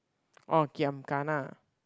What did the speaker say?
orh giam kana